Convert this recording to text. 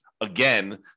again